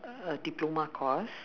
uh diploma course